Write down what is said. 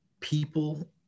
People